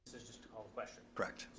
just to call the question. correct.